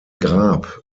grab